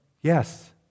Yes